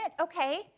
Okay